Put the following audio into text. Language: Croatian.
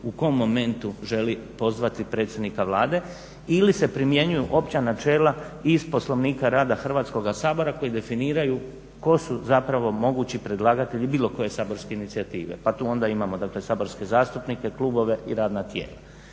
u kom momentu želi pozvati predsjednik a Vlade ili se primjenjuju opća načela iz Poslovnika rada Hrvatskog sabora koji definiraju tko su zapravo mogući predlagatelji bilo koje saborske inicijative, pa tu onda imamo dakle saborske zastupnike, klubove i radna tijela.